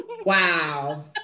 Wow